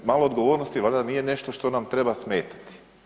Malo odgovornosti valjda nije nešto što nam treba smetati.